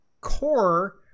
core